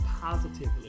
positively